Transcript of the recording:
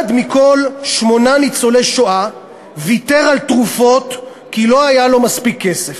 אחד מכל שמונה מניצולי השואה ויתר על תרופות כי לא היה לו מספיק כסף.